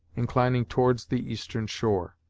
inclining towards the eastern shore.